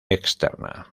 externa